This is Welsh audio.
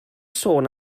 sôn